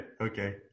okay